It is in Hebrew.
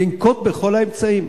לנקוט את כל האמצעים,